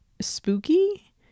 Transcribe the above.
spooky